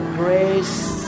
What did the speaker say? grace